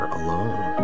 alone